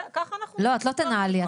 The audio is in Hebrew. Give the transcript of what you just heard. לא, את לא תנהלי.